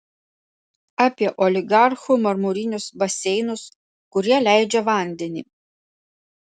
apie oligarchų marmurinius baseinus kurie leidžia vandenį